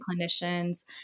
clinicians